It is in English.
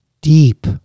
deep